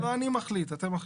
לא אני מחליט, אתם מחליטים.